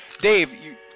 Dave